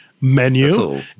menu